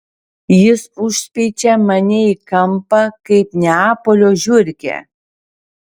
jis užspeičia mane į kampą kaip neapolio žiurkę